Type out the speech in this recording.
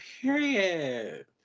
Period